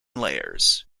layers